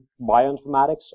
bioinformatics